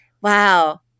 Wow